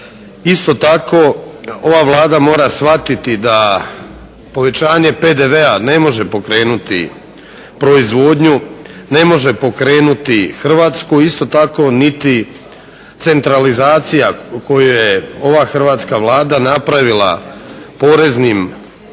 Isto tako, ova Vlada mora shvatiti da povećanje PDV-a ne može pokrenuti proizvodnju, ne može pokrenuti Hrvatsku, isto tako niti centralizacija koju je ova hrvatska Vlada napravila poreznim,